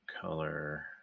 color